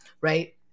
Right